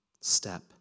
step